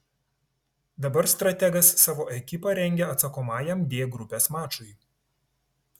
dabar strategas savo ekipą rengia atsakomajam d grupės mačui